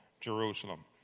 Jerusalem